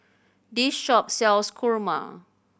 this shop sells kurma